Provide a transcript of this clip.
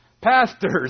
pastors